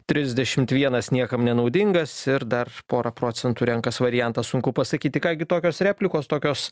trisdešimt vienas niekam nenaudingas ir dar pora procentų renkas variantą sunku pasakyti ką gi tokios replikos tokios